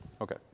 Okay